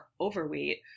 overweight